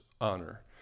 honor